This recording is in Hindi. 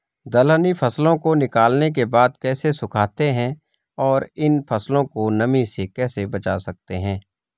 दलहनी फसलों को निकालने के बाद कैसे सुखाते हैं और इन फसलों को नमी से कैसे बचा सकते हैं?